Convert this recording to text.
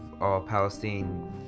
all-Palestine